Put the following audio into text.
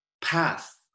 path